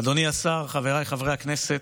אדוני השר, חבריי חברי הכנסת,